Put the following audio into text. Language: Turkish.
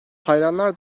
hayranlar